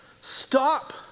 stop